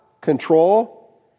control